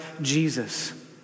Jesus